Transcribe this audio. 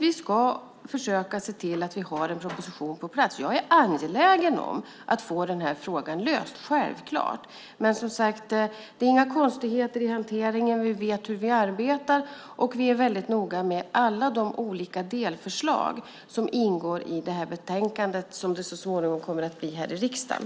Vi ska försöka se till att vi har en proposition på plats. Jag är självfallet angelägen om att få frågan löst. Men det finns som sagt inga konstigheter i hanteringen. Vi vet hur vi arbetar, och vi är noga med alla de olika delförslag som ingår i det betänkande som så småningom kommer att skrivas här i riksdagen.